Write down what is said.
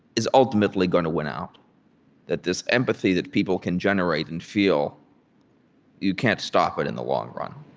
is ultimately going to win out that this empathy that people can generate and feel you can't stop it in the long run